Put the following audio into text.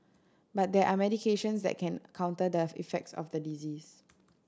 but there are medications that can counter the effects of the disease